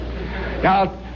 Now